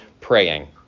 praying